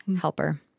Helper